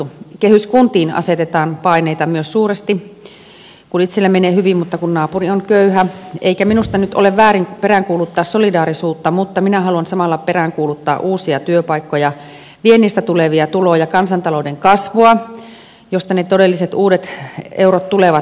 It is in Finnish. myös kehyskuntiin asetetaan paineita suuresti kun itsellä menee hyvin mutta naapuri on köyhä eikä minusta nyt ole väärin peräänkuuluttaa solidaarisuutta mutta minä haluan samalla peräänkuuluttaa uusia työpaikkoja viennistä tulevia tuloja ja kansantalouden kasvua joista ne todelliset uudet eurot tulevat